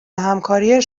همکاری